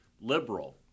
liberal